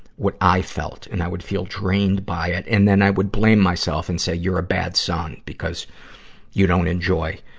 what i felt. and i would feel drained by it, and then i would l blame myself and say, you're a bad son, because you don't enjoy